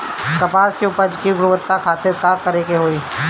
कपास के उपज की गुणवत्ता खातिर का करेके होई?